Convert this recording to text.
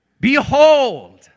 Behold